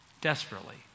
desperately